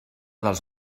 dels